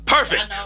Perfect